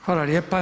Hvala lijepa.